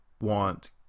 want